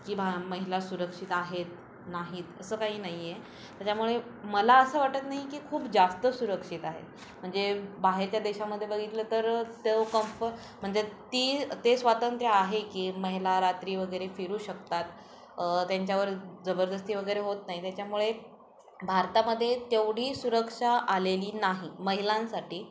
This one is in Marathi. की भा महिला सुरक्षित आहेत नाहीत असं काही नाही आहे त्याच्यामुळे मला असं वाटत नाही की खूप जास्त सुरक्षित आहे म्हणजे बाहेरच्या देशामध्ये बघितलं तर तेव कंप म्हणजे ती ते स्वातंत्र्य आहे की महिला रात्री वगैरे फिरू शकतात त्यांच्यावर जबरदस्ती वगैरे होत नाही त्याच्यामुळे भारतामध्ये तेवढी सुरक्षा आलेली नाही महिलांसाठी